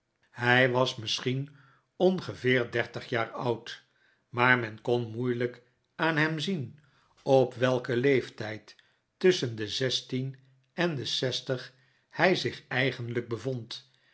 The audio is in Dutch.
hij was misschien ongeveer dertig jaar oud maar men kon moeilijk aan hem zien op welken leeftijd tusschen de zestien en de zestig hij zich eigenlijk bevond